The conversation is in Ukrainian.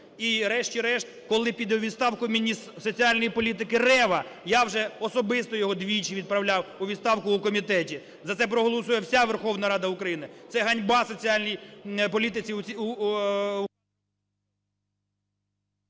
І, врешті-решт, коли піде у відставку міністр соціальної політики Рева? Я вже особисто його двічі відправляв у відставку в комітеті. За це проголосує вся Верховна Рада України. Це ганьба соціальній політиці…